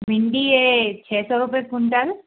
भिंडी है छः सौ रुपए कुंटल